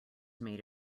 made